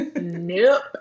Nope